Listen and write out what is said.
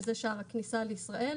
שזה שער הכניסה לישראל,